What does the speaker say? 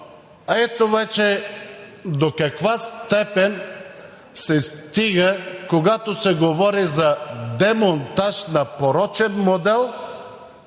Но ето вече до каква степен се стига, когато се говори за демонтаж на порочен модел,